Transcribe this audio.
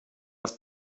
das